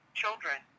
children